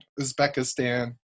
Uzbekistan